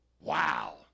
Wow